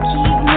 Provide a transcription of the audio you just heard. Keep